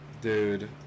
Dude